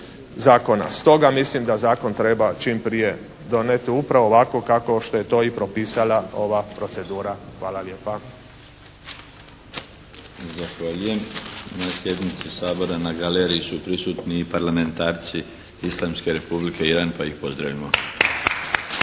Zahvaljujem. Na sjednici Sabora na galeriji su prisutni i parlamentarci islamske Republike Iran, pa ih pozdravimo.